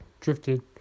drifted